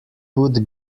would